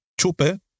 chupe